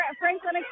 Franklin